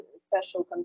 special